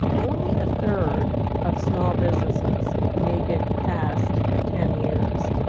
only a third of small businesses make it past ten years.